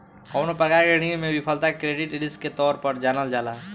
कवनो प्रकार के ऋण में विफलता के क्रेडिट रिस्क के तौर पर जानल जाला